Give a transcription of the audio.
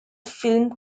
film